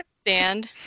stand